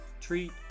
treat